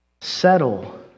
Settle